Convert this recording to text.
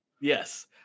Yes